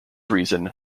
reason